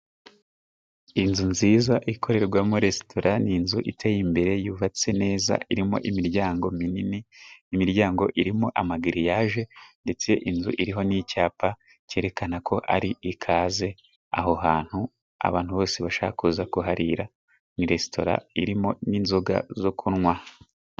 Inzu nziza ikorerwamo resitora, ni inzu iteye imbere yubatse neza, irimo imiryango minini, imiryango irimo amagiriyaje, ndetse inzu iriho n'icyapa cyerekana ko ari ikaze, aho hantu abantu bose bashaka kuza kuharira, ni resitora irimo n'inzoga zo kunywa.